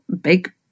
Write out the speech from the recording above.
big